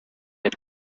had